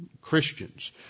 Christians